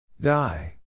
Die